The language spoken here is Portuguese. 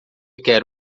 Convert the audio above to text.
quer